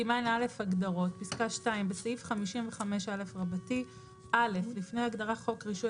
סימן א' הגדרות בסעיף 55א - לפני הגדרה "חוק רישוי